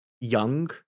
young